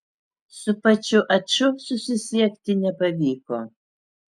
su pačiu aču susisiekti nepavyko